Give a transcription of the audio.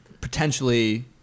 potentially